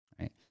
Right